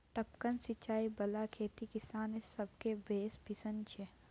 टपकन सिचाई बला खेती किसान सभकेँ बेस पसिन छै